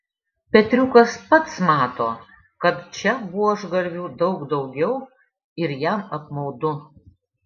petriukas pats mato kad čia buožgalvių daug daugiau ir jam apmaudu